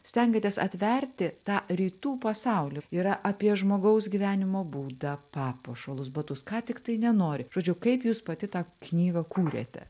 stengiatės atverti tą rytų pasaulį yra apie žmogaus gyvenimo būdą papuošalus batus ką tiktai nenori žodžiu kaip jūs pati tą knygą kūrėte